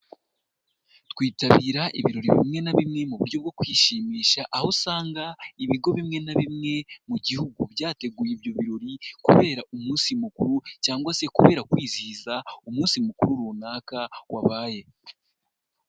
Twitabira ibirori bimwe na bimwe mu buryo bwo kwishimisha aho usanga ibigo bimwe na bimwe mu gihugu byateguye ibyo birori kubera umunsi mukuru cyangwa se kubera kwizihiza umunsi mukuru runaka wabaye.